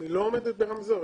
היא לא עומדת ברמזור.